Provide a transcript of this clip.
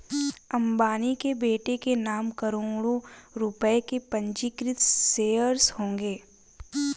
अंबानी के बेटे के नाम करोड़ों रुपए के पंजीकृत शेयर्स होंगे